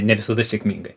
ne visada sėkmingai